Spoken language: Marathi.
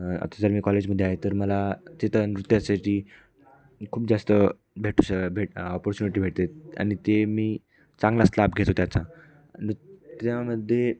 आता जर मी कॉलेजमध्ये आहे तर मला तिथं नृत्यासाठी खूप जास्त भेट भेट अपॉर्च्युनिटी भेटते आणि ते मी चांगलाच लाभ घेतो त्याचा नृत्यामध्ये